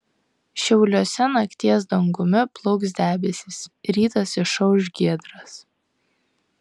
šiauliuose nakties dangumi plauks debesys rytas išauš giedras